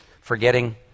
forgetting